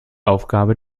aufgabe